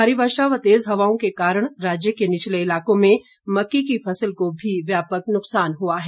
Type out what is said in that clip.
भारी वर्षा और तेज हवाओं के कारण राज्य के निचले इलाके में मक्की की फसल को भी व्यापक नुक्सान हुआ है